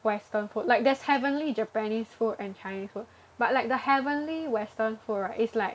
western food like there's heavenly Japanese food and Chinese food but like the heavenly western food right is like